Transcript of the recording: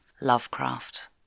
Lovecraft